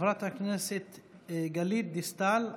חברת הכנסת גלית דיסטל אטבריאן,